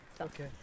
okay